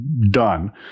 done